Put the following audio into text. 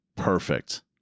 Perfect